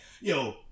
yo